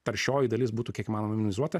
taršioji dalis būtų kiek įmanoma minimizuota